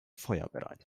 feuerbereit